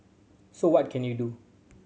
so what can you do